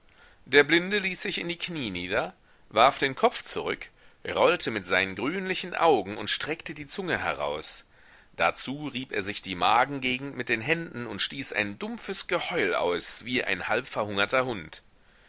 der blinde ließ sich in die knie nieder warf den kopf zurück rollte mit seinen grünlichen augen und streckte die zunge heraus dazu rieb er sich die magengegend mit den händen und stieß ein dumpfes geheul aus wie ein halbverhungerter hund